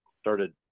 started